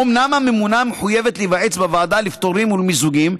אומנם הממונה מחויבת להיוועץ בוועדה לפטורים ולמיזוגים,